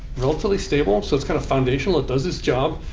relatively stable. so it's kind of foundational. it does its job.